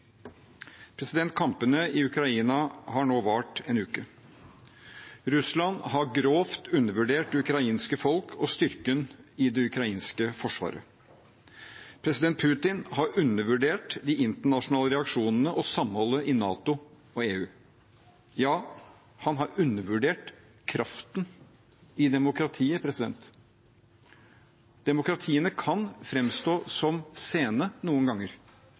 Kampene i Ukraina har nå vart en uke. Russland har grovt undervurdert det ukrainske folk og styrken i det ukrainske forsvaret. President Putin har undervurdert de internasjonale reaksjonene og samholdet i NATO og EU. Ja, han har undervurdert kraften i demokratiet. Demokratiene kan framstå som sene noen ganger,